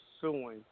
suing